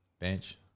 Bench